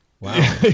Wow